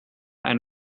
and